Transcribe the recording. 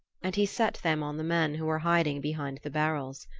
and he set them on the men who were hiding behind the barrels.